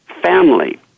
family